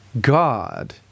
God